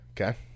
Okay